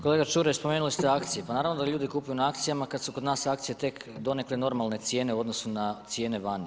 Kolega Čuraj spomenuli ste akcije, pa naravno da ljudi kupuju na akcijama kad su kod nas akcije tek donekle normalne cijene u odnosu na cijene vani.